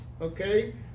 Okay